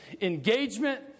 engagement